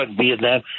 Vietnam